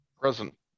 present